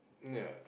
ya